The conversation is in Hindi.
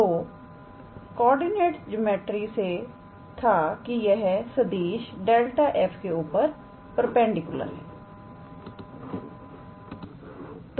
तोयह कॉर्डिनेट जोमेट्री से था कि यह सदिश ∇⃗ 𝑓 के ऊपर परपेंडिकुलर है